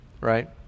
Right